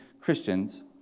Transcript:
Christians